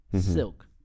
Silk